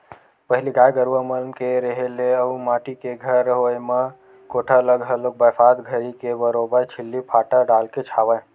पहिली गाय गरुवा मन के रेहे ले अउ माटी के घर होय म कोठा ल घलोक बरसात घरी के बरोबर छिल्ली फाटा डालके छावय